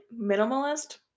minimalist